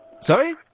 Sorry